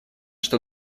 что